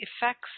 effects